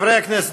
חברי הכנסת,